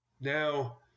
Now